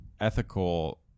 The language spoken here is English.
ethical